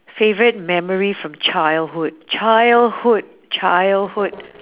favourite memory from childhood childhood childhood